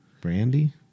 Brandy